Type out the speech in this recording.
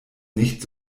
nicht